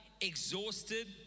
exhausted